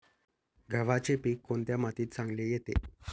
गव्हाचे पीक कोणत्या मातीत चांगले येते?